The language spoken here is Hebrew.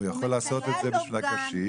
הוא יכול לעשות את זה בשביל הקשיש.